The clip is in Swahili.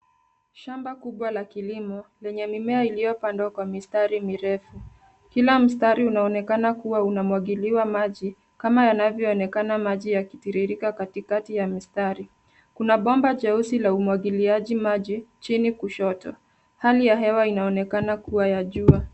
Shamba kubwal la kilimo lenye mimea iliyopandwa kwa mistari mirefu. Kila mstari unaonekana kuwa unamwagiliwa maji kama yanavyoonekana maji yakitiririka katikati ya mistari. Kuna bomba jeusi la umwagiliaji maji chini kushoto. Hali ya hewa inaonekana kuwa ya jua.